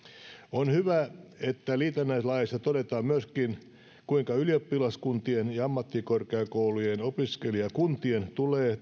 on hyvä että liitännäislaeissa todetaan myöskin kuinka ylioppilaskuntien ja ammattikorkeakoulujen opiskelijakuntien tulee